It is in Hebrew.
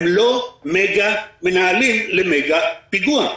הם לא מגה מנהלים למגה פיגוע.